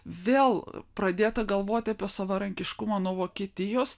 vėl pradėta galvoti apie savarankiškumą nuo vokietijos